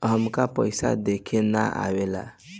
हमका पइसा देखे ना आवेला?